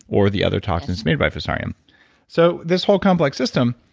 or the other toxins made by fusarium so this whole complex system,